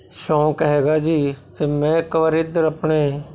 ਸ਼ੌਕ ਹੈਗਾ ਜੀ ਅਤੇ ਮੈਂ ਇੱਕ ਵਾਰ ਇੱਧਰ ਆਪਣੇ